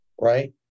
Right